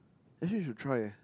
actually you should try eh